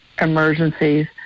emergencies